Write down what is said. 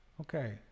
Okay